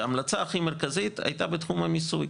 שההמלצה הכי מרכזית הייתה בתחום המיסוי.